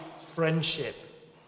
friendship